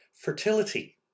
fertility